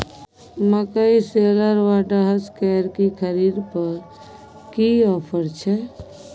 मकई शेलर व डहसकेर की खरीद पर की ऑफर छै?